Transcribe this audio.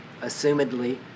assumedly